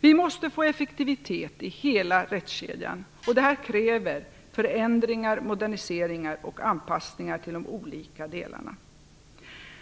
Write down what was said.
Vi måste få effektivitet i hela rättskedjan. Det kräver förändringar, moderniseringar och anpassningar till de olika delarna.